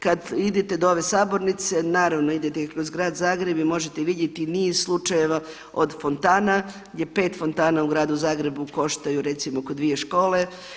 Kad idete do ove sabornice naravno idete i kroz grad Zagreb i možete vidjeti i niz slučajeva od fontana, gdje 5 fontana u gradu Zagrebu koštaju recimo kao dvije škole.